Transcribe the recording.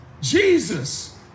Jesus